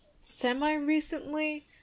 semi-recently